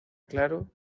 claro